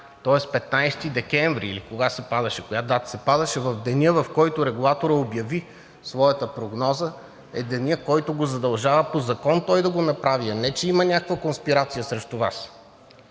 Тоест 15 декември, или кога се падаше, коя дата се падаше – денят, в който регулаторът обяви своята прогноза, е денят, който го задължава по закон той да го направи, а не че има някаква конспирация срещу Вас.